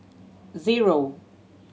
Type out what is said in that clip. zero